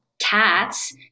cats